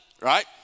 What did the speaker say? right